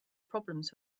problems